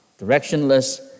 directionless